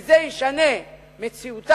כי זה ישנה את המציאות